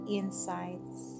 insights